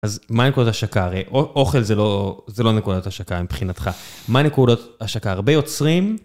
אז מה נקודות ההשקה? אוכל זה לא נקודות השקה מבחינתך. מהן נקודות השקה? הרבה יוצרים.